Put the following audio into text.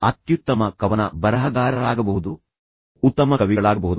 ನೀವು ಅತ್ಯುತ್ತಮ ಕವನ ಬರಹಗಾರರಾಗಬಹುದು ನೀವು ಉತ್ತಮ ಕವಿಗಳಾಗಬಹುದು